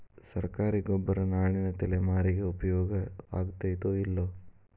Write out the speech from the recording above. ಸರ್ಕಾರಿ ಗೊಬ್ಬರ ನಾಳಿನ ತಲೆಮಾರಿಗೆ ಉಪಯೋಗ ಆಗತೈತೋ, ಇಲ್ಲೋ?